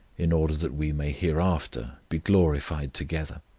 in order that we may hereafter be glorified together.